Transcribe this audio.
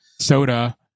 soda